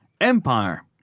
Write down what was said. Empire